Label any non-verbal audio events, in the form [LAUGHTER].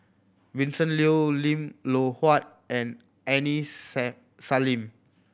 Vincent Leow Lim Loh Huat and Aini [UNINTELLIGIBLE] Salim